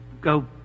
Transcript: go